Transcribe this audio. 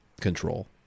control